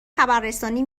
خبررسانی